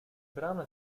brano